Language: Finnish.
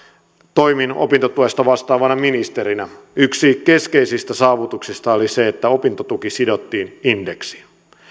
toimin opintotuesta vastaavana ministerinä yksi keskeisistä saavutuksista oli se että opintotuki sidottiin indeksiin